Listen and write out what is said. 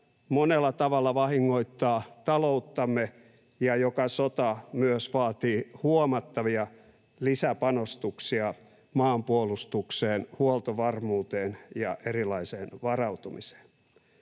monella tavalla vahingoittaa talouttamme, ja sota, joka myös vaatii huomattavia lisäpanostuksia maanpuolustukseen, huoltovarmuuteen ja erilaiseen varautumiseen.